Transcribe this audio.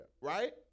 right